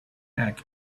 egg